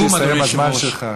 חבל שהסתיים הזמן שלך,